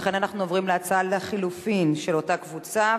לכן אנחנו עוברים להצעה לחלופין של אותה קבוצה,